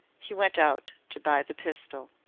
he went out to buy the pistol.